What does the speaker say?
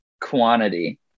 Quantity